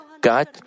God